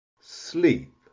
sleep